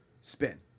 spin